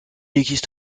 existe